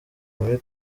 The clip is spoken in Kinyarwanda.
muri